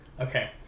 Okay